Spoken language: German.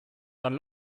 dann